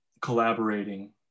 collaborating